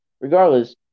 Regardless